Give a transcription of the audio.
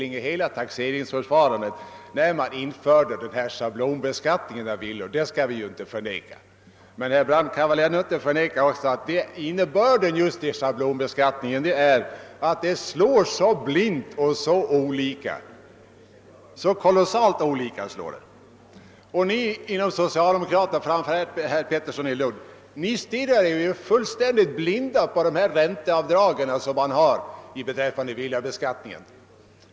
Jag medger, herr Brandt, att införandet av schablonbeskattningen av villor innebar en stor förenkling i taxeringsförfarandet. Men herr Brandt kan inte förneka att schablonbeskattningen slår blint och ger mycket olika resultat. Socialdemokraterna och framför allt herr Pettersson i Lund stirrar sig blinda på det ränteavdrag som tillämpas inom villabeskattningen.